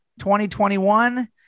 2021